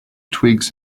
twigs